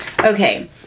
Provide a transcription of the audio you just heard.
Okay